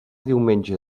diumenge